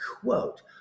quote